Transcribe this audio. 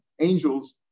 angels